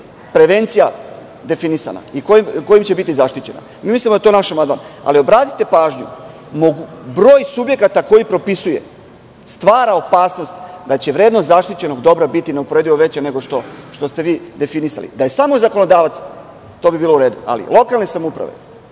prevencija definisana i kojim će biti zaštićena. Mi mislimo da je to naš amandman. Obratite pažnju, broj subjekata koji propisuje stvara opasnost da će vrednost zaštićenog dobra biti neuporedivo veća nego što ste vi definisali. Da je samo zakonodavac, to bi bilo u redu, ali lokalne samouprave,